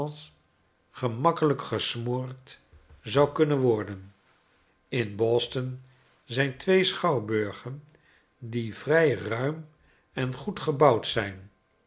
gemakkelijk gesmoord zou kunnen worden in boston zijn twee schouwburgen die vrij ruim en goedgebouwd zijn